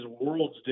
worlds